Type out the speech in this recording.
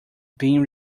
being